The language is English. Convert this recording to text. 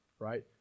right